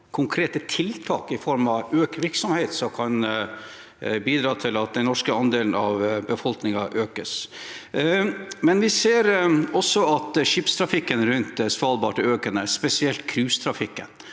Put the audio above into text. konkrete tiltak i form av økt virksomhet som kan bidra til at andelen nordmenn i befolkningen økes. Vi ser også at skipstrafikken rundt Svalbard er økende, spesielt cruisetrafikken